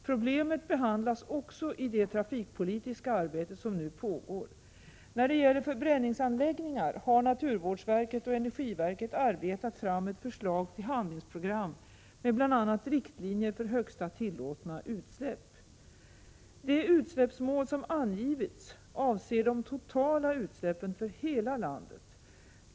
Problemet behandlas också i det trafikpolitiska arbete som nu pågår. När det gäller förbränningsanläggningar har naturvårdsverket och energiverket arbetat fram ett förslag till handlingsprogram med bl.a. riktlinjer för högsta tillåtna utsläpp. De utsläppsmål som angivits avser de totala utsläppen för hela landet.